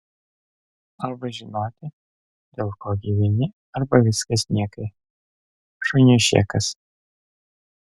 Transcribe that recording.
arba žinoti dėl ko gyveni arba viskas niekai šuniui šėkas